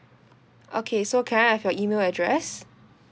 okay so can I have your email address